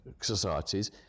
societies